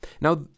Now